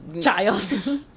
child